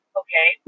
okay